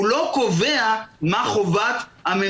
הצעת החוק לא קובעת מה חובת הממשלה.